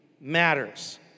matters